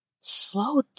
Slow